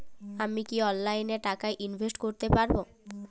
আমি কি অনলাইনে টাকা ইনভেস্ট করতে পারবো?